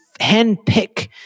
handpick